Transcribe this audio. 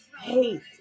hate